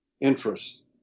interest